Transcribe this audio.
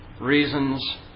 reasons